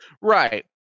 Right